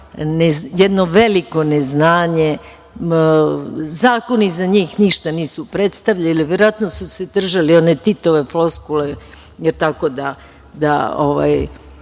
jedno veliko neznanje. Zakoni za njih ništa nisu predstavljali. Verovatno su se držali one Titove floskule da